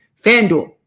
FanDuel